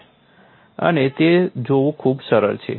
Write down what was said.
અને તે જોવું ખૂબ જ સરળ છે